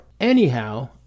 Anyhow